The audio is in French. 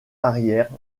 arrière